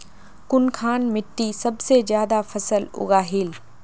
कुनखान मिट्टी सबसे ज्यादा फसल उगहिल?